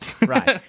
right